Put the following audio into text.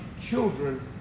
children